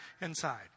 inside